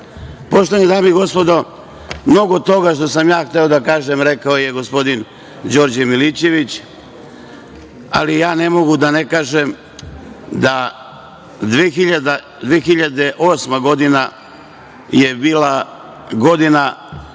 dame i gospodo, mnogo toga što sam ja hteo da kažem rekao je gospodin Đorđe Milićević, ali ne mogu da ne kažem, da 2008. godina, je bila godina